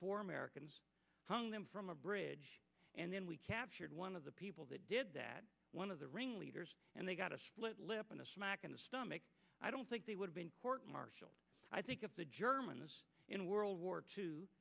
four americans hung them from a bridge and then we captured one of the people that did that one of the ringleaders and they got a split lip and a smack in the stomach i don't think they would have been i think if the germans in world war two